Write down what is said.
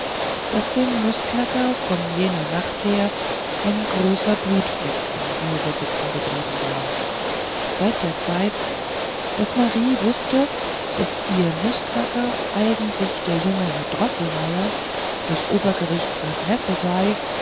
daß dem nußknacker von jener nacht her ein großer blutfleck am halse sitzen geblieben war seit der zeit daß marie wußte wie ihr nußknacker eigentlich der junge droßelmeier des obergerichtsrats neffe sei